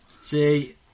see